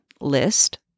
list